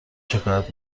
شکایت